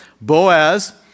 Boaz